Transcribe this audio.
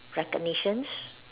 recognitions